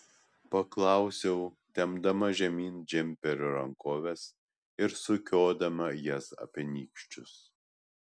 paklausiau tempdama žemyn džemperio rankoves ir sukiodama jas apie nykščius